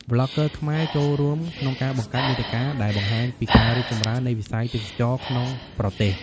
ប្លុកហ្គើខ្មែរចូលរួមក្នុងការបង្កើតមាតិកាដែលបង្ហាញពីការរីកចម្រើននៃវិស័យទេសចរណ៍ក្នុងប្រទេស។